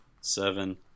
seven